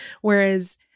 whereas